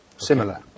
Similar